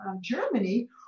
Germany